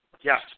Yes